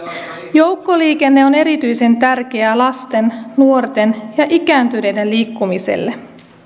joukkoliikenne on erityisen tärkeää lasten nuorten ja ikääntyneiden liikkumiselle